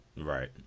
right